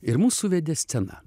ir mus suvedė scena